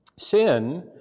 sin